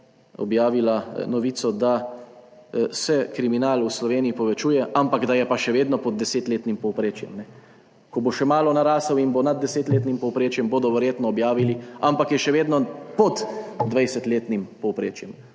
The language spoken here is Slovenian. objavila novico, da se kriminal v Sloveniji povečuje, ampak da je pa še vedno pod desetletnim povprečjem. Ko bo še malo narasel in bo nad desetletnim povprečjem, bodo verjetno objavili, ampak je še vedno pod dvajsetletnim povprečjem.